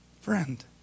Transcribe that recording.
Friend